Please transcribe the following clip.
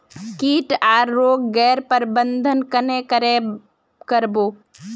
किट आर रोग गैर प्रबंधन कन्हे करे कर बो?